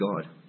God